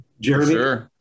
jeremy